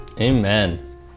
Amen